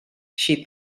she